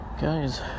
Guys